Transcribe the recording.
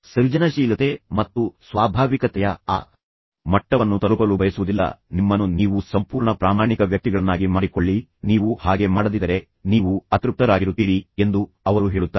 ಸೃಜನಶೀಲತೆ ಮತ್ತು ಸ್ವಾಭಾವಿಕತೆಯ ಆ ಮಟ್ಟವನ್ನು ತಲುಪಲು ನೀವು ನಿಮ್ಮನ್ನು ವಾಸ್ತವಿಕಗೊಳಿಸಲು ಬಯಸುವುದಿಲ್ಲ ಮತ್ತು ನಿಮ್ಮನ್ನು ನೀವು ಸಂಪೂರ್ಣ ಪ್ರಾಮಾಣಿಕ ವ್ಯಕ್ತಿಗಳನ್ನಾಗಿ ಮಾಡಿಕೊಳ್ಳಿ ನೀವು ಹಾಗೆ ಮಾಡದಿದ್ದರೆ ನಿಮ್ಮ ಜೀವನದ ಎಲ್ಲಾ ದಿನಗಳಲ್ಲೂ ನೀವು ಅತೃಪ್ತರಾಗಿರುತ್ತೀರಿ ಎಂದು ಅವರು ಹೇಳುತ್ತಾರೆ